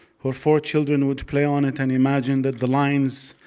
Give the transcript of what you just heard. her four children would play on it and imagine that the lines